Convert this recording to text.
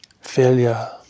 failure